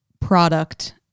product